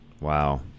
Wow